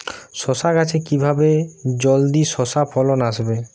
শশা গাছে কিভাবে জলদি শশা ফলন আসবে?